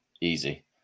Easy